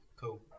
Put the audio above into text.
Cool